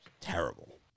Terrible